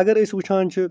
اگر أسۍ وُچھان چھِ